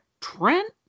Trent